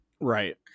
Right